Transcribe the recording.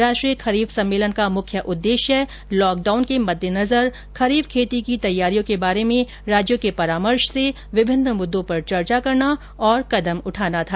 राष्ट्रीय खरीफ सम्मेलन का मुख्य उदुदेश्य लॉकडाउन के मदुदेजन खरीफ खेती की तैयारियों के बारे में राज्यों के परामर्श से विभिन्न मुद्दों पर चर्चा करना तथा कदम उठाना था